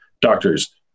doctors